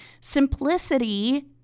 Simplicity